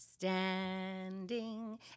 standing